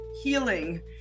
healing